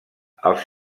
els